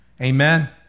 Amen